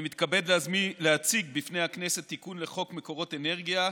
אני מתכבד להציג בפני הכנסת תיקון לחוק מקורות אנרגיה,